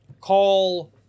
call